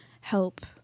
help